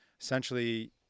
essentially